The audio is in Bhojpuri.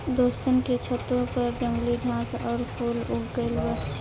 दोस्तन के छतों पर जंगली घास आउर फूल उग गइल बा